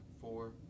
four